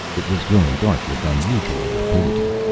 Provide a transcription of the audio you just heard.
it was growing dark with unusual rapidity.